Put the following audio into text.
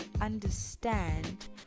understand